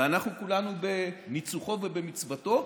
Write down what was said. ואנחנו כולנו בניצוחו ובמצוותו,